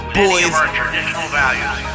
boys